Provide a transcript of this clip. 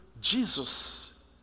Jesus